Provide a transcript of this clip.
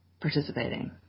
participating